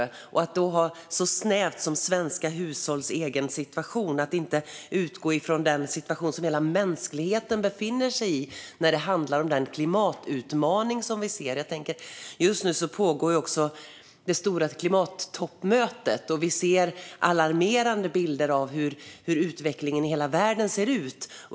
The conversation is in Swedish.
Ska man då utgå från något så snävt som svenska hushålls situation och inte från den situation som hela mänskligheten befinner sig i? Det handlar om den klimatutmaning som vi ser. Just nu pågår det stora klimattoppmötet. Vi ser alarmerande bilder av hur utvecklingen i hela världen ser ut.